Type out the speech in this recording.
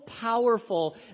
powerful